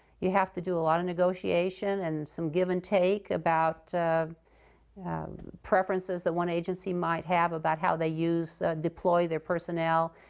you have to do a lot of negotiation and some give and take about preferences that one agency might have about how they deploy their personnel.